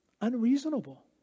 unreasonable